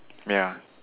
ya